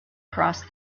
crossed